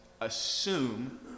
assume